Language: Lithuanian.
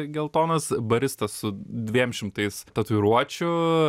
geltonas baristas su dviem šimtais tatuiruočių